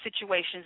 situations